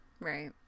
Right